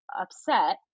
upset